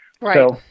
Right